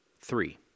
Three